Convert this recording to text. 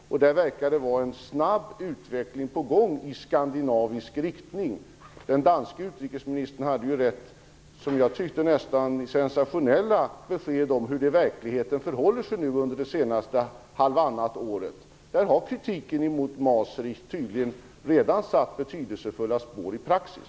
Det förefaller nu att vara en snabb utveckling på gång i skandinavisk riktning. Den danske utrikesministern hade rätt sensationella besked om hur det verkligen förhåller sig nu och under det senaste halvåret. Kritiken mot Maastricht har tydligen redan satt betydelsefulla spår i praxis.